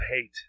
Hate